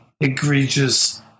egregious